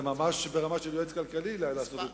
זה ממש ברמה של יועץ כלכלי לעשות,